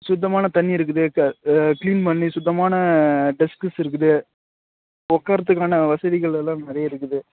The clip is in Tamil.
சுத்தமான தண்ணிர் இருக்குது கிளீன் பண்ணி சுத்தமான டெஸ்க்ஸ் இருக்குது உக்கார்றதுக்கான வசதிகள் எல்லாம் நிறைய இருக்குது